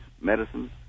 medicines